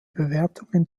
bewertungen